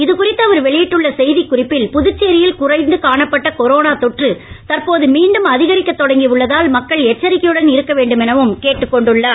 இது குறித்துஇ அவர் வெளியிட்டுள்ள செய்திக் குறிப்பில்இ புதுச்சேரியில் குறைந்து காணப்பட்ட கொரோனா தொற்றுஇ தற்போது மீண்டும் அதிகரிக்கத் தொடங்கி உள்ளதால்இ மக்கள் எச்சரிக்கையுடன் இருக்க வேண்டும் எனஇ கேட்டுக்கொண்டுள்ளார்